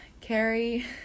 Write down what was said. Carrie